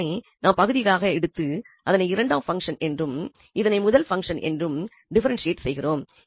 இதனை நாம் பகுதிகளாக எடுத்து இதனை இரண்டாம் பங்சன் என்றும் இதனை முதல் பங்சன் என்றும் டிஃபரென்ஷியேட் செய்கிறோம்